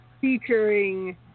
Featuring